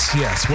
yes